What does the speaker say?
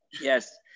Yes